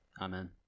Amen